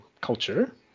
culture